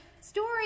story